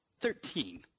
Thirteen